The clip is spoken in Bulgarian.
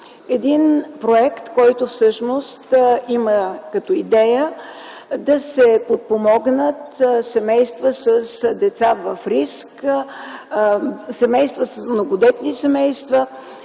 е проект, който има като идея да се подпомогнат семейства с деца в риск, многодетни семейства,